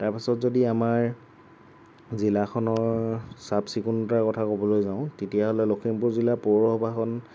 তাৰপাছত যদি আমাৰ জিলাখনৰ চাফ চিকুণতাৰ কথা ক'বলৈ যাওঁ তেতিয়াহ'লে লখিমপুৰ জিলা পৌৰসভাখন